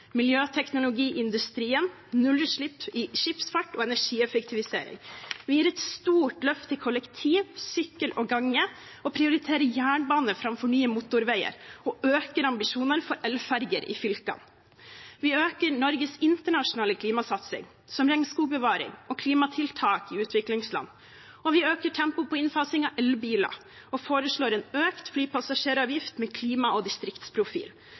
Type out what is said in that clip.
miljøteknologi i industrien, nullutslipp i skipsfart og energieffektivisering. Vi gir et stort løft til kollektiv, sykkel og gange, prioriterer jernbane framfor nye motorveier og øker ambisjonene for elferger i fylkene. Vi øker Norges internasjonale klimasatsing, som regnskogbevaring og klimatiltak i utviklingsland. Vi øker tempoet på innfasing av elbiler og foreslår en økt flypassasjeravgift med klima- og distriktsprofil.